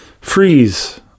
Freeze